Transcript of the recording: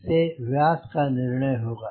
इस से व्यास का निर्णय होगा